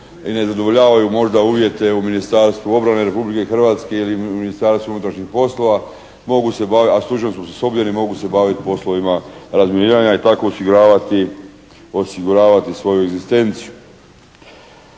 i ne zadovoljavaju možda uvjete u Ministarstvu obrane Republike Hrvatske ili u Ministarstvu unutarnjih poslova, mogu se, a stručno su osposobljeni mogu se baviti poslovima razminiranja i tak osiguravati svoju egzistenciju.